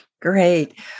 Great